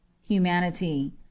Humanity